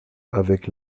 avec